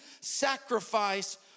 sacrifice